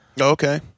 Okay